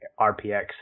RPX